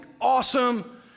awesome